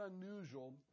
unusual